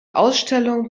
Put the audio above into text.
ausstellungen